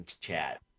chat